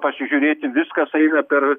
pasižiūrėti viskas eina per